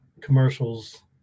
commercials